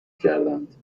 کردند